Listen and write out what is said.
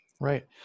Right